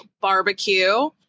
barbecue